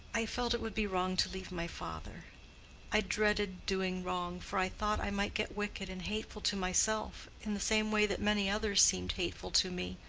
i felt it would be wrong to leave my father i dreaded doing wrong, for i thought i might get wicked and hateful to myself, in the same way that many others seemed hateful to me.